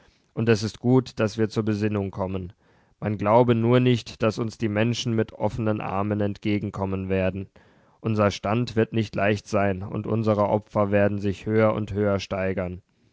und es ist gut daß wir zur besinnung kommen man glaube nur nicht daß uns die menschen mit offenen armen entgegenkommen werden unser stand wird nicht leicht sein und unsre opfer werden sich höher und höher steigern